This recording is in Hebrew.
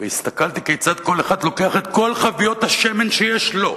והסתכלתי כיצד כל אחד לוקח את כל חביות השמן שיש לו,